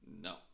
No